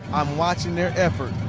i'm watching their effort.